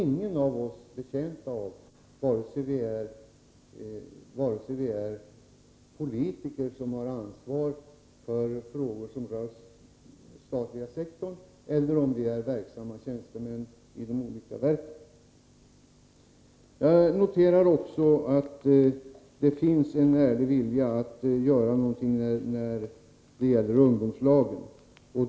Ingen av oss är betjänt av det, vare sig politiker som har ansvar för frågor som rör den statliga sektorn eller tjänstemän inom de olika verken. Jag noterar också att det finns en ärlig vilja att göra någonting när det gäller ungdomslagen.